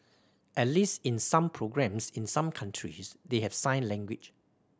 at least in some programmes in some countries they have sign language